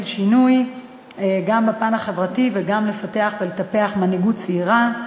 שינוי גם בפן החברתי וגם לפתח ולטפח מנהיגות צעירה.